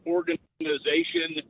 Organization